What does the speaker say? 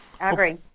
agree